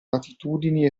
latitudini